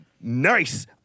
nice